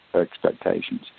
expectations